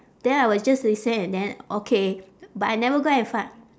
then I was just listening and then okay but I never go and f~